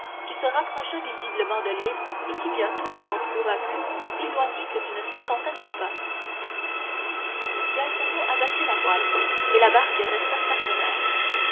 qui se rapprocha visiblement de l'île et qui bientôt ne s'en trouva plus éloigné que d'une cinquantaine de pas gaetano abattit la voile et la barque resta stationnaire